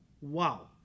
wow